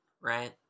right